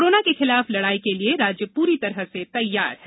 corona के खिलाफ लडाई के लिये राज्य पूरी तरह से तैयार है